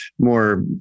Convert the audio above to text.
more